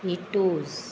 Etios